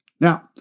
Now